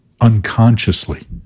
unconsciously